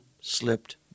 slipped